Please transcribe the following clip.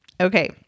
Okay